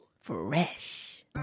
Fresh